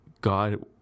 God